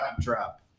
drop